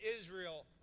Israel